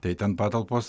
tai ten patalpos